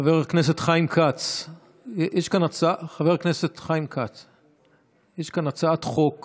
חבר הכנסת חיים כץ, יש כאן הצעת חוק